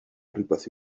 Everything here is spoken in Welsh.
rywbeth